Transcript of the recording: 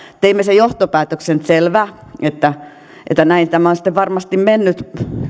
teimme sen johtopäätöksen että selvä näin tämä on sitten varmasti mennyt